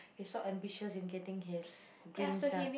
he so ambitious in getting his dreams done